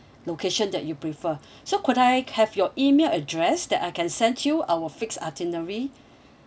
location that you prefer so could I have your email address that I can sent you our fixed itinerary